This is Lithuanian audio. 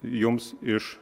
jums iš